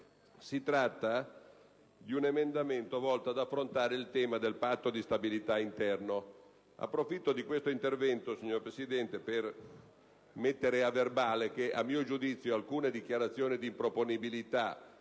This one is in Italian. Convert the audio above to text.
il senatore Mercatali, volto ad affrontare il tema del Patto di stabilità interno. Approfitto di questo intervento, signor Presidente, perché rimanga agli atti che, a mio giudizio, alcune dichiarazioni di improponibilità